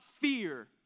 fear